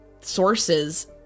sources